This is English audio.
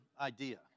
idea